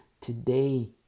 today